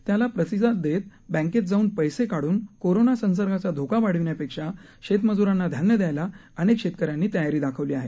त्याला प्रतिसाद देत बँकेत जाऊन पैसे काढून कोरोना संसर्गाचा धोका वाढविण्यापेक्षा शेत मजूरांना धान्य दयायला अनेक शेतकऱ्यांनी तयारी दाखवली आहे